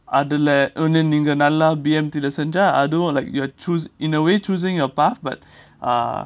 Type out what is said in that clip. அதுல ஒன்னு நீங்க நல்லா:adhula onnu neenga nalla B_M_T ல செஞ்சா:la senja like you are choose in a way choosing a path but uh